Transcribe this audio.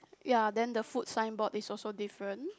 ya then the food signboard is also different